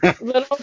little